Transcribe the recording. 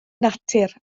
natur